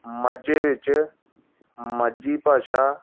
ਮਾਝੇ ਵਿੱਚ ਮਾਝੀ ਭਾਸ਼ਾ